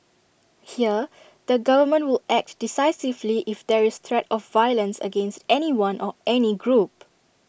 here the government will act decisively if there is threat of violence against anyone or any group